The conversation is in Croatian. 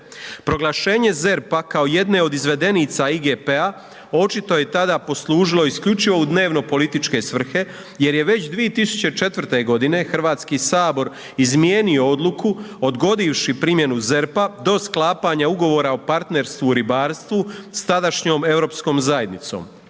Proglašenje ZERP-a kao jedne od izvedenica IGP-a očito je tada poslužilo u dnevnopolitičke svrhe jer je već 2004. godine Hrvatski sabor izmijenio odluku odgodivši primjenu ZERP-a do sklapanja ugovora o partnerstvu u ribarstvu s tadašnjom Europskom zajednicom.